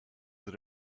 that